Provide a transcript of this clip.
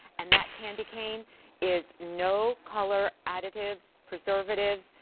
and that candy cane is no color aditives, preservatives.